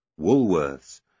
Woolworths